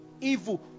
evil